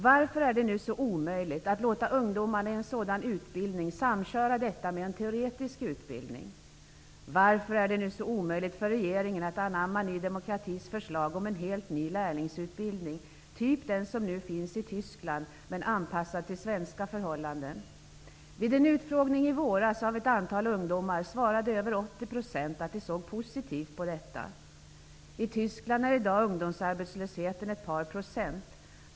Varför är det så omöjligt att låta ungdomarna samköra en sådan utbildning med teoretisk utbildning? Varför är det så omöjligt för regeringen att anamma Ny demokratis förslag om en helt ny lärlingsutbildning av den typ som nu finns i Tyskland, anpassad till svenska förhållanden? Vid en utfrågning av ett antal ungdomar i våras svarade över 80 % att de såg positivt på förslaget. I Tyskland är ungdomsarbetslösheten i dag ett par procent.